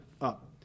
up